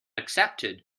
accepted